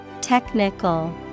Technical